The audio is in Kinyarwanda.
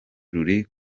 ruri